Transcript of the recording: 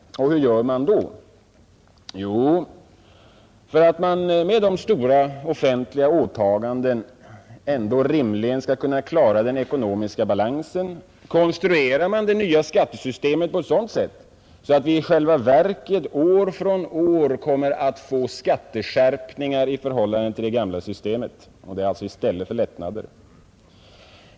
Hur gör man då? Jo, för att man med de stora offentliga åtagandena ändå rimligen skall kunna klara den ekonomiska balansen konstruerar man det nya skattesystemet på ett sådant sätt att vi i själva verket år från år kommer att få skatteskärpningar i förhållande till det gamla systemet. — Det är alltså vad man får i stället för lättnader!